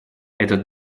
этот